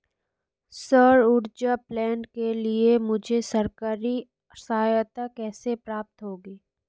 सौर ऊर्जा प्लांट के लिए मुझे सरकारी सहायता कैसे प्राप्त होगी?